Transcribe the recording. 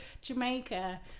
Jamaica